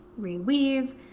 reweave